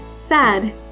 sad